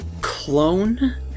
clone